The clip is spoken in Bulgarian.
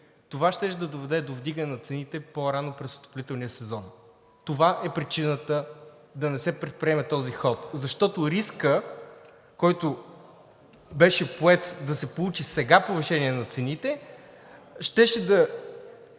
това щеше да доведе до вдигане на цените по-рано през отоплителния сезон. Това е причината да не се предприеме този ход. Рискът, който беше поет – да се получи сега повишение на цените, щеше да